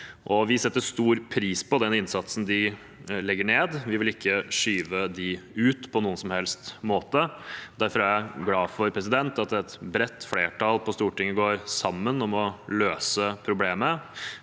Vi setter stor pris på den innsatsen de legger ned. Vi vil ikke skyve dem ut på noen som helst måte. Derfor er jeg glad for at et bredt flertall på Stortinget går sammen om å løse problemet.